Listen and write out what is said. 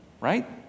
Right